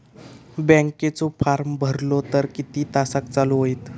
बँकेचो फार्म भरलो तर किती तासाक चालू होईत?